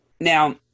Now